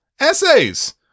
essays